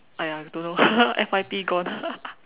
!aiya! don't know F_Y_P gone